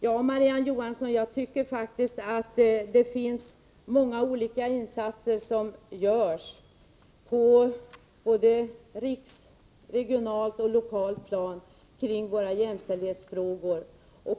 Det görs faktiskt, Marie-Ann Johansson, många olika insatser på rikspla 37 net samt på regionalt och lokalt plan beträffande jämställdhetsfrågor.